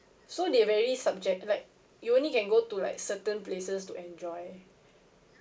so they are very subject like you only can go to like certain places to enjoy